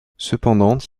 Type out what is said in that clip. cependant